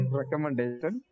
recommendation